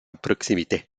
proximité